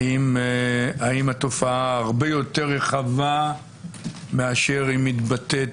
האם התופעה הרבה יותר רחבה מאשר היא מתבטאת